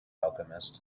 alchemist